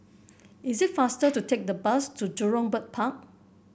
is it faster to take the bus to Jurong Bird Park